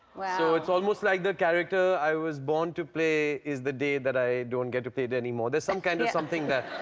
so it's almost like the character i was born to play is the day that i don't get to play it anymore. there's some kind of something there.